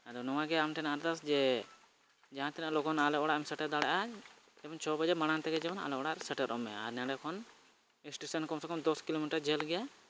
ᱟᱫᱚ ᱱᱚᱣᱟᱜᱮ ᱟᱢᱴᱷᱮᱱ ᱟᱨᱫᱟᱥ ᱡᱮ ᱡᱟᱦᱟᱸ ᱛᱤᱱᱟᱹᱜ ᱞᱚᱜᱚᱱ ᱟᱞᱮ ᱚᱲᱟᱜ ᱮᱢ ᱥᱮᱴᱮᱨ ᱫᱟᱲᱮᱭᱟᱜᱼᱟ ᱪᱷᱚ ᱵᱟᱡᱮ ᱢᱟᱲᱟᱝ ᱛᱮᱜᱮ ᱡᱮᱢᱚᱱ ᱟᱞᱮ ᱚᱲᱟᱜ ᱥᱮᱴᱮᱨᱚᱜ ᱢᱮ ᱟᱨ ᱱᱚᱸᱰᱮ ᱠᱷᱚᱱ ᱥᱴᱮᱥᱚᱱ ᱠᱚᱢ ᱥᱮ ᱠᱚᱢ ᱫᱚᱥ ᱠᱤᱞᱳᱢᱤᱴᱟᱨ ᱡᱷᱟᱹᱞ ᱜᱮᱭᱟ